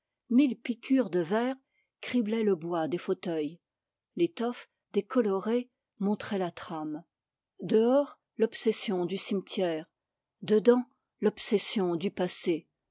mille piqûres de vers criblaient le bois des fauteuils l'étoffe décolorée montrait la trame dehors l'obsession du cimetière dedans l'obsession du passé